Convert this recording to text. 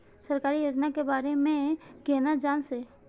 सरकारी योजना के बारे में केना जान से?